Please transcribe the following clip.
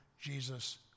Jesus